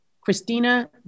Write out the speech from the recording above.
Christina